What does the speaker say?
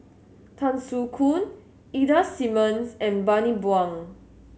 Tan Soo Khoon Ida Simmons and Bani Buang